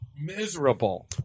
Miserable